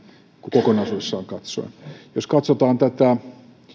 kokonaisuudessaan katsoen jos katsotaan tätä